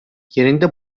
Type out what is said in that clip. yerinde